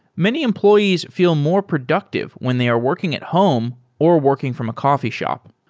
many employees feel more productive when they are working at home or working from a coffee shop.